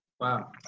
Wow